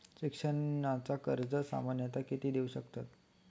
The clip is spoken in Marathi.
शिक्षणाचा कर्ज सामन्यता किती देऊ शकतत?